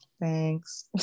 thanks